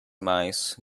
demise